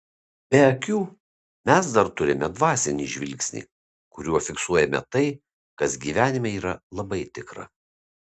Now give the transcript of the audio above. be akių mes dar turime dvasinį žvilgsnį kuriuo fiksuojame tai kas gyvenime yra labai tikra